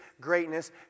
greatness